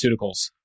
Pharmaceuticals